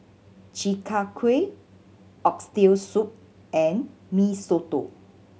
Chi Kak Kuih Oxtail Soup and Mee Soto